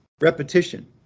Repetition